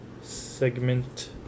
segment